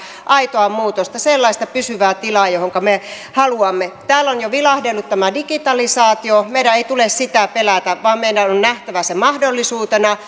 aitoa muutosta sellaista pysyvää tilaa johonka me haluamme täällä on jo vilahdellut tämä digitalisaatio meidän ei tule sitä pelätä vaan meidän on on nähtävä se mahdollisuutena